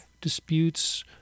disputes